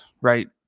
right